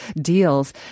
deals